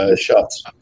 Shots